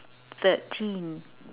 thirteen